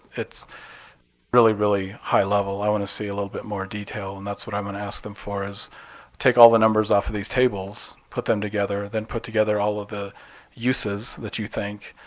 it's really, really high level. i want to see a little bit more detail, and that's what i'm going to ask them for is take all the numbers off of these tables, put them together, then put together all of the uses that you think.